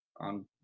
on